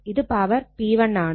ഇത് power P1 ആണ്